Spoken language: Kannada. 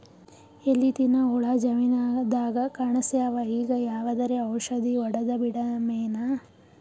ಎಲಿ ತಿನ್ನ ಹುಳ ಜಮೀನದಾಗ ಕಾಣಸ್ಯಾವ, ಈಗ ಯಾವದರೆ ಔಷಧಿ ಹೋಡದಬಿಡಮೇನ?